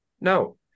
No